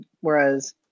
whereas